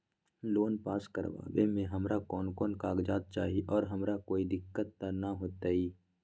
Loan pass करवावे में हमरा कौन कौन कागजात चाही और हमरा कोई दिक्कत त ना होतई?